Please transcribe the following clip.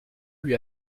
lui